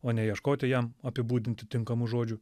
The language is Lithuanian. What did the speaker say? o ne ieškoti jam apibūdinti tinkamų žodžių